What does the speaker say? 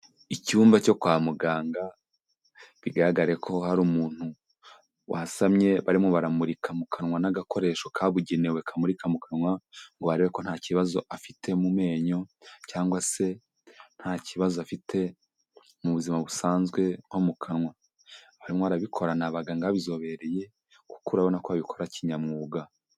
Icyumba cyo kwa muganga, bigaragare ko hari umuntu wasamye barimo baramurika mu kanwa n'agakoresho kabugenewe kamurika mu kanwa, ngo barebe ko nta kibazo afite mu menyo, cyangwa se nta kibazo afite mu buzima busanzwe nko mu kanwa, abarimo barabikora ni abaganga babizobereye, kuko urabona ko babikora kinyamwuga.